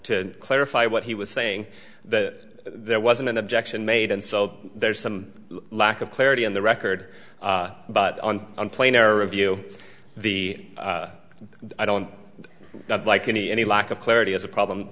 to clarify what he was saying that there wasn't an objection made and so there's some lack of clarity on the record but on one plane there review the i don't like any any lack of clarity is a problem